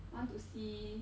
want to see